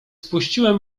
spuściłem